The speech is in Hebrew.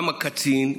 גם הקצין,